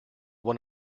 one